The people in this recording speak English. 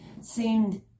seemed